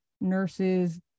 nurses